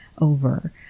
over